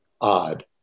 odd